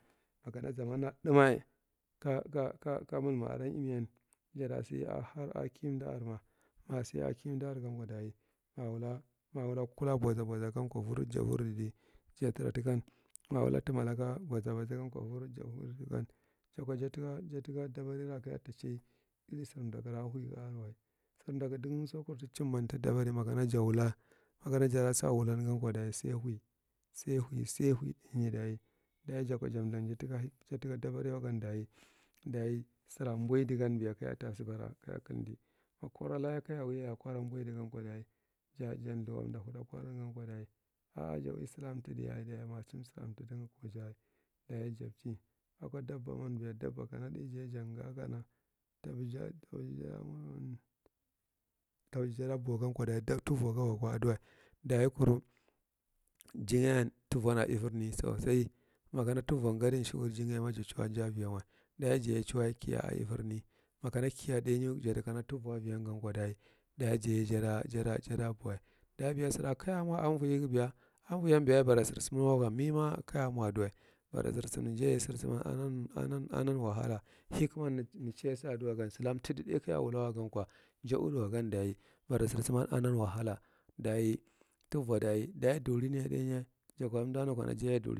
Makana zaman na thigthmay ka mulman ineyan jata si har akiy umda ara ma si akiye umda are gan ko daye ma da wula kulaka bazabaza gam ko vardit ja vordidi ma ja wula tuma aka buza buza gan ko vorit ga vordidi ja tra tikam jako jadi tika dabarera kaja ta chai sidaku ga areye a huwi ga are wa, sir dakku dagan kur tijumbu tida bary maja karta wulan gan ko sai huye sai hue, sai huye daye jaka jar thum jadi tka dabari wa gan daye sai sira boye digan daye kaja tasibare ka kulli, makoru laka kaja uwi yaye daye jan dthugomda hudan i ja uwi sira thid da uwi sira tidi, a ko dabba ma kana thāgth jaye janga kana ta beji jada buth wa gan ko thaath tuko gan ko adiye daye kur jigangan tuvo a iferme so sai, ma kana turo gadisiur jaganye ma jada jaye auiyanwa, daye jaye chuwa kiya a iferne, makana kiya jadi kana tuvi aviyan daye jaye jada bowa, daye sira kaja mo anvoye gan beya bara sir sum gan la ko me ma ka ja mo duwa bara silunanye ana wahala hekimed chai si adulwagan silaka tidi thāgth kaja wula wako ja udi wa gan daye bara sisuman anan wahala daye tuvo daye daye dhuri nan ya thāgth jako ja ya duri.